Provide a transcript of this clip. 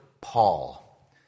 Paul